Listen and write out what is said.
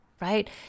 right